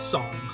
Song